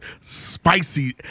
spicy